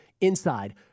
Inside